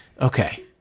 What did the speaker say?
Okay